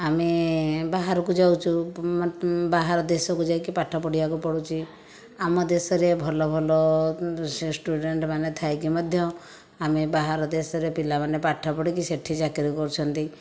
ଆମେ ବାହାରକୁ ଯାଉଛୁ ବାହାର ଦେଶକୁ ଯାଇକି ପାଠ ପଢ଼ିବାକୁ ପଡ଼ୁଛି ଆମ ଦେଶରେ ଭଲ ଭଲ ଷ୍ଟୁଡେଣ୍ଟମାନେ ଥାଇକି ମଧ୍ୟ ଆମେ ବାହାର ଦେଶରେ ପିଲାମାନେ ପାଠ ପଢ଼ିକି ସେଇଠି ଚାକିରି କରୁଛନ୍ତି